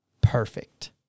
perfect